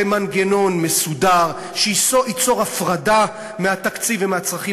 במנגנון מסודר שייצור הפרדה מהתקציב ומהצרכים